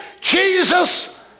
Jesus